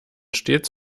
stets